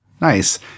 Nice